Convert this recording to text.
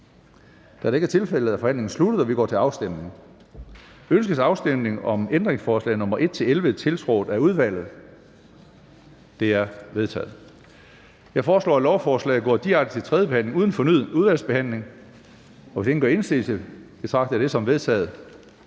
afstemning. Kl. 13:08 Afstemning Tredje næstformand (Karsten Hønge): Ønskes afstemning om ændringsforslag nr. 1-11 tiltrådt af udvalget? De er vedtaget. Jeg foreslår, at lovforslaget går direkte til tredje behandling uden fornyet udvalgsbehandling. Hvis ingen gør indsigelse, betragter jeg det som vedtaget.